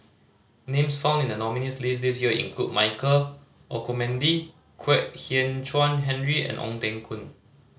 names found in the nominees' list this year include Michael Olcomendy Kwek Hian Chuan Henry and Ong Teng Koon